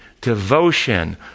devotion